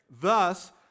Thus